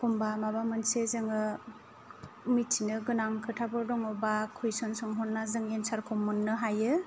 एखनब्ला माबा मोनसे जेनेबा मिथिनो गोनां खोथाफोर दङब्ला कुइसन सोंहरना जों एनसार खौ मोननो हायो